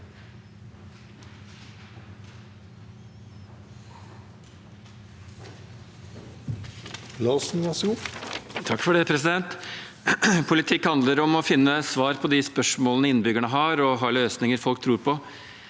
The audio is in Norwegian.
Politikk handler om å finne svar på de spørsmålene innbyggerne har, og ha løsninger folk tror på.